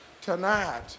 tonight